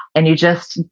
and you just,